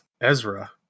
Ezra